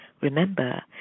Remember